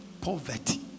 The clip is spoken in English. poverty